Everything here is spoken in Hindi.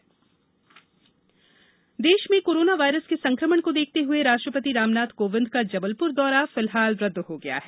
दौरा रदद देश में कोरोना वायरस के संक्रमण को देखते हुए राष्ट्रपति रामनाथ कोविंद का जबलपुर दौरा फिलहाल रद्द हो गया है